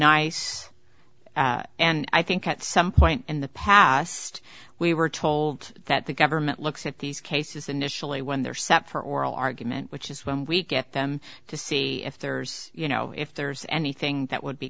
nice and i think at some point in the past we were told that the government looks at these cases initially when they're set for oral argument which is when we get them to see if there's you know if there's anything that would be